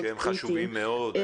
שהם חשובים מאוד.